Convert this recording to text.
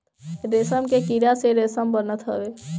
रेशम के कीड़ा से रेशम बनत हवे